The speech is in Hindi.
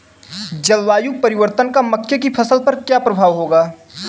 जलवायु परिवर्तन का मक्के की फसल पर क्या प्रभाव होगा?